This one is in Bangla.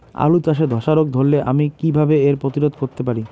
আলু চাষে ধসা রোগ ধরলে আমি কীভাবে এর প্রতিরোধ করতে পারি?